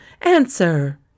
Answer